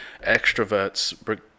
extroverts